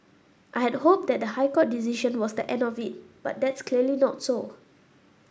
I had hoped that the High Court decision was the end of it but that's clearly not so